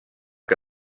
que